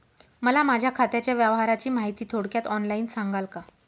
मला माझ्या खात्याच्या व्यवहाराची माहिती थोडक्यात ऑनलाईन सांगाल का?